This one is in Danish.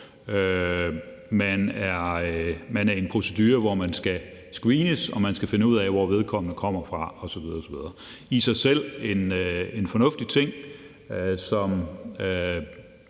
man er i en procedure, hvor man skal screenes, og de skal finde ud af, hvor man kommer fra, osv. osv. Det er i sig selv en fornuftig ting, som